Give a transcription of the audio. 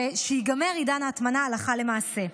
כדי שייגמר עידן ההטמנה הלכה למעשה.